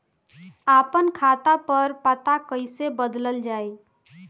आपन खाता पर पता कईसे बदलल जाई?